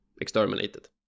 exterminated